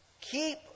Keep